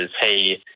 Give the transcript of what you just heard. hey